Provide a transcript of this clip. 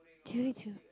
queuing too